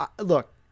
look